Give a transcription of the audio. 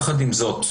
יחד עם זאת,